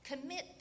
Commit